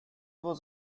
was